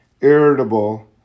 irritable